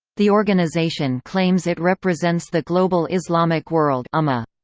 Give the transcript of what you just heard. the organization claims it represents the global islamic world um ah